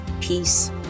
peace